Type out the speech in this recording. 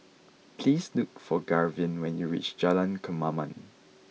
please look for Garvin when you reach Jalan Kemaman